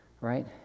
right